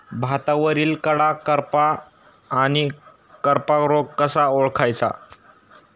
भातावरील कडा करपा आणि करपा रोग कसा ओळखायचा?